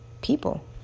people